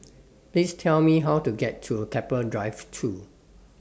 Please Tell Me How to get to Keppel Drive two